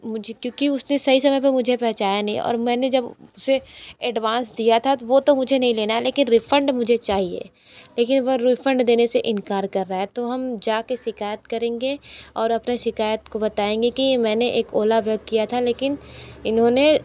मुझे क्योंकि उसने सही समय पर मुझे पहुँचाया नहीं और मैंने जब उसे एडवांस दिया था तो वह तो मुझे नहीं लेना है लेकिन रिफंड मुझे चाहिए लेकिन वह रिफंड देने से इनकार कर रहा है तो हम जाकर शिकायत करेंगे और अपने शिकायत को बताएंगे कि मैंने एक ओला बुक किया था लेकिन इन्होंने